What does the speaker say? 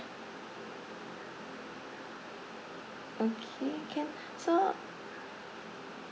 okay can so